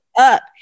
up